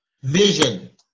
vision